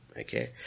Okay